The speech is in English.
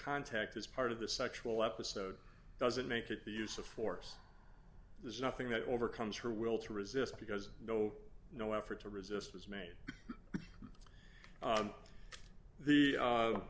contact is part of the sexual episode doesn't make it the use of force there's nothing that overcomes her will to resist because no no effort to resist is made on the